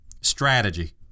strategy